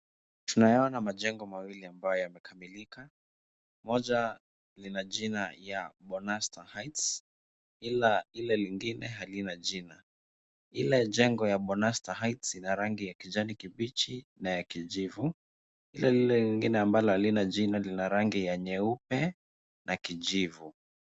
Tunayaona majengo mawili ambayo yamekamilika, moja lina jina ya bonasta heights ila ile lingine halina jina ila jengo ya bonasta heights ina rangi ya kijani kibichi na ya kijivu. Lile lingine ambalo halina jina ni la rangi ya nyeupe na kijivu.